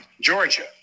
Georgia